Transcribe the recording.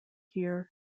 here